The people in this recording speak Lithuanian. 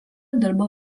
dirbo